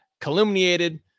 calumniated